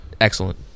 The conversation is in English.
Excellent